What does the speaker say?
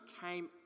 came